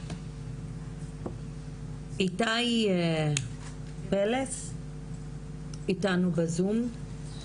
איתי פלס איתנו בזום,